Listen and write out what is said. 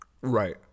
right